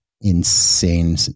insane